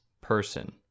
person